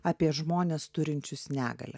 apie žmones turinčius negalią